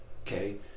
Okay